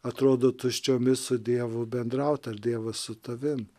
atrodo tuščiomis su dievu bendraut ar dievas su tavim